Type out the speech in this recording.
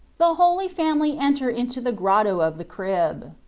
the holy family enter into the grotto of the crib.